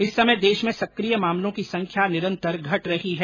इस समय देश में सक्रिय मामलों की संख्या निरंतर घट रही है